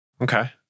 Okay